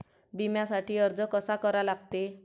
बिम्यासाठी अर्ज कसा करा लागते?